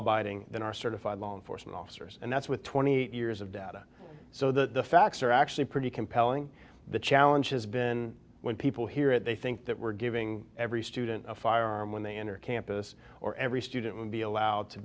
abiding than are certified long forcing officers and that's with twenty eight years of data so the facts are actually pretty compelling the challenge has been when people hear it they think that we're giving every student a firearm when they enter campus or every student would be allowed to